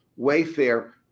Wayfair